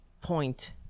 point